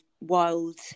wild